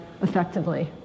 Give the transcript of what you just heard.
effectively